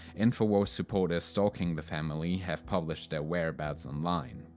infowars supporters stalking the family have published their whereabouts online.